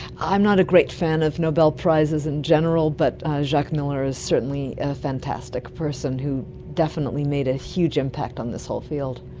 i'm not a great fan of nobel prizes in general, but jacques miller is certainly a fantastic person who definitely made a huge impact on this whole field.